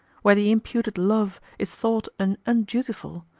where the imputed love is thought an undutiful,